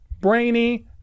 Brainy